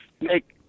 make